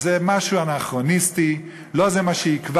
זה משהו אנכרוניסטי, לא זה מה שיקבע.